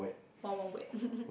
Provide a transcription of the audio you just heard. Wild-Wild-Wet